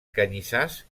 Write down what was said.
canyissars